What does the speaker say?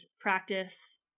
practice